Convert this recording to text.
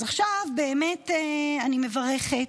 אז עכשיו, באמת, אני מברכת.